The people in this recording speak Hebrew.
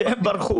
כי הם ברחו.